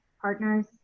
partners